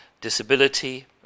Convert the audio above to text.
disability